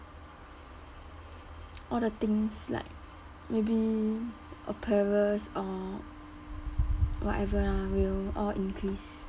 all the things like maybe apparels or whatever lah will all increase